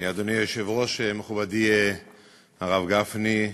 אדוני היושב-ראש, מכובדי הרב גפני,